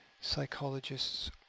psychologists